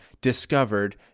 discovered